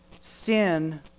sin